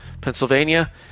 Pennsylvania